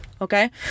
okay